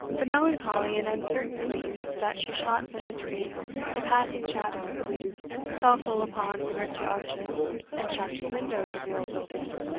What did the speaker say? the melancholy and uncertain gleams that she shot from between the passing shadows fell full upon the rifted arches and shafted windows of the old building,